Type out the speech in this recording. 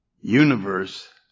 universe